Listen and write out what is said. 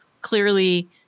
clearly